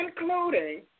including